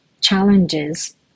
challenges